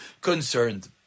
concerned